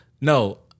no